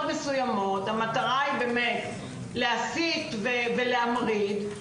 מסוימות המטרה היא באמת להסית ולהמריד.